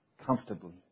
comfortably